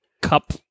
cup